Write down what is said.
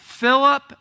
Philip